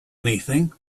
anything